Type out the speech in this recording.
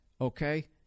okay